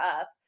up